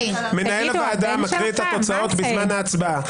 מנהל הוועדה מקריא את התוצאות בזמן ההצבעה.